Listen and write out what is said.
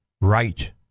right